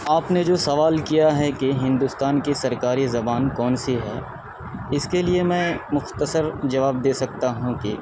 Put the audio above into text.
آپ نے جو سوال کیا ہے کہ ہندوستان کی سرکاری زبان کون سی ہے اس کے لیے میں مختصر جواب دے سکتا ہوں کہ